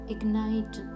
Ignite